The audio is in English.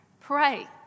Pray